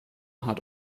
hat